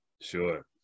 Sure